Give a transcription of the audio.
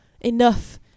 enough